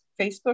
Facebook